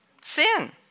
Sin